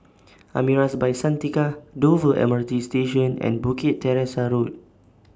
Amaris By Santika Dover M R T Station and Bukit Teresa Road